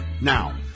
Now